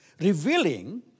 revealing